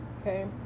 Okay